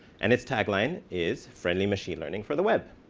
and its tag line is friendly machine learning for the web.